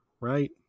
right